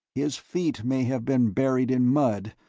his feet may have been buried in mud,